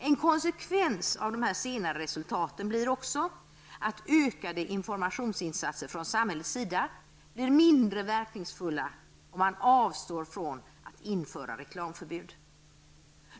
En konsekvens av dessa senare resultat blir också att ökade informationsinsatser från samhällets sida blir mindre verkningsfulla om man avstår från att införa reklamförbud.